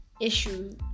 issue